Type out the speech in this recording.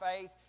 faith